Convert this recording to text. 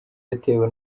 yatewe